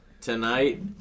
tonight